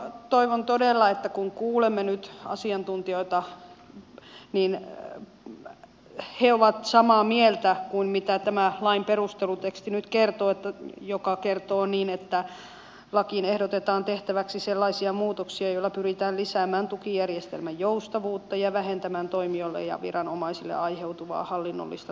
toivon todella että kun kuulemme nyt asiantuntijoita niin he ovat samaa mieltä kuin mitä tämä lain perusteluteksti nyt kertoo joka kertoo että lakiin ehdotetaan tehtäväksi sellaisia muutoksia joilla pyritään lisäämään tukijärjestelmän joustavuutta ja vähentämään toimijoille ja viranomaisille aiheutuvaa hallinnollista taakkaa